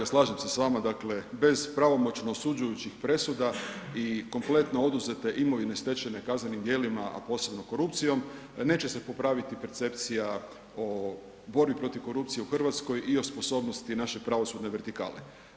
Da, kolega slažem se s vama, dakle bez pravomoćno osuđujućih presuda i kompletno oduzete imovine stečene kaznenim djelima a posebno korupcijom, neće se popraviti percepcija o borbi protiv korupcije u Hrvatskoj i o sposobnosti naše pravosudne vertikale.